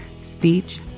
speech